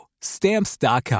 Stamps.com